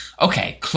Okay